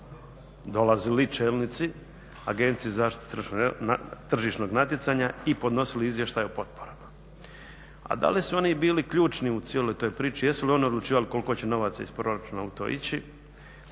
dolazili čelnici AZTN-a i podnosili izvještaje o potporama. A da li su oni bili ključni u cijeloj toj priči, jesu li oni odlučivali koliko će novaca iz proračuna u to ići,